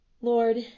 Lord